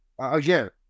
again